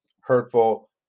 hurtful